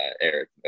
Eric